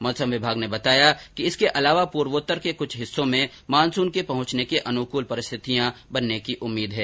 मौसम विभाग ने बताया कि इसके अलावा पूर्वोत्तर के कुछ हिस्सों में मानसून के पहुंचने के अनुकूल परिस्थितियां बनने की उम्मीद है